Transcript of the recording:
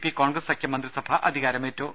P Congress സഖ്യ മന്ത്രിസഭ അധികാരമേറ്റു